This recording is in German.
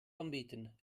anbieten